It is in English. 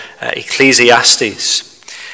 Ecclesiastes